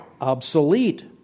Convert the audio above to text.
obsolete